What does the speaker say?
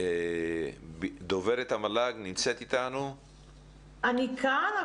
אני כאן,